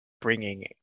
bringing